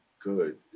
good